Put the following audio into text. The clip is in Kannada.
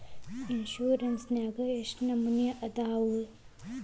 ಇನ್ಸುರೆನ್ಸ್ ನ್ಯಾಗ ಎಷ್ಟ್ ನಮನಿ ಅದಾವು?